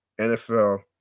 NFL